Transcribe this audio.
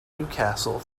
newcastle